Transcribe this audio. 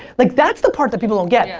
like that's the part that people don't get. yeah